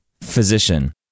physician